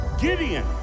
Gideon